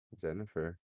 Jennifer